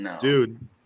Dude